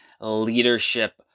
Leadership